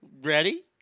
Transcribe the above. ready